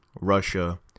Russia